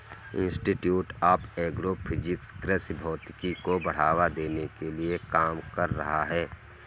institute of agro physics कृषि भौतिकी को बढ़ावा देने के लिए काम कर रहा है